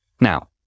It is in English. Now